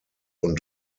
und